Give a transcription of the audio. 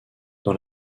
dans